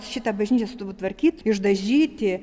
šitą bažnyčią sutvarkyt išdažyti